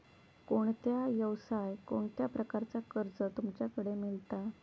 कोणत्या यवसाय कोणत्या प्रकारचा कर्ज तुमच्याकडे मेलता?